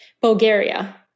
Bulgaria